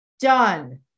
done